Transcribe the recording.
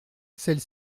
celle